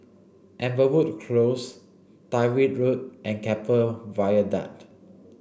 Amberwood Close Tyrwhitt Road and Keppel Viaduct